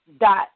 dot